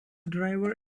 driver